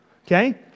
Okay